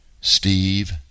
steve